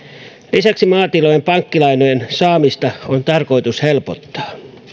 lisäksi maatilojen pankkilainojen saamista on tarkoitus helpottaa